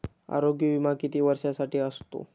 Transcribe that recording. आरोग्य विमा किती वर्षांसाठी असतो?